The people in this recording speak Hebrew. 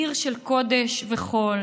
עיר של קודש וחול,